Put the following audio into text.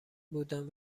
بودم